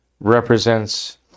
represents